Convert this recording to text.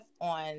on